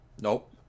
Nope